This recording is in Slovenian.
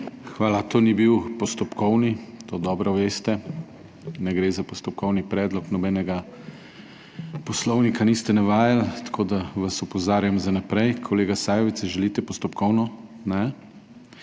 Hvala. To ni bil postopkovni. To dobro veste. Ne gre za postopkovni predlog, nobenega poslovnika niste navajali, tako da vas opozarjam za naprej. Kolega Sajovic, želite postopkovno? Ne.